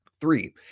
Three